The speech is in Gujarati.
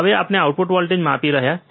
હવે આપણે આઉટપુટ વોલ્ટેજ માપી રહ્યા છીએ